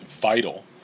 vital